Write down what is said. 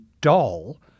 doll